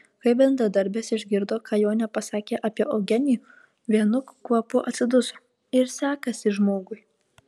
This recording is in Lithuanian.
kai bendradarbės išgirdo ką jonė pasakė apie eugenijų vienu kvapu atsiduso ir sekasi žmogui